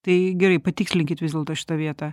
tai gerai patikslinkit vis dėlto šitą vietą